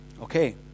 okay